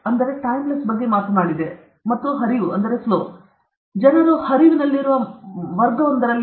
ಆದ್ದರಿಂದ ನಾನು ಟೈಮ್ಲೆಸ್ ಬಗ್ಗೆ ಮಾತನಾಡಿದೆ ಮತ್ತು ಹರಿವು ಮತ್ತು ಎಲ್ಲವೂ ಆದ್ದರಿಂದ ನಾನು ಈ ಸ್ಲೈಡ್ ಸಂಖ್ಯೆಯನ್ನು ಸಹ ಹಾಕುತ್ತಿದ್ದೇನೆ